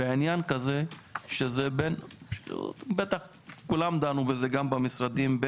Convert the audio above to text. בעניין כזה שבטח כולם דנו בזה גם במשרדים,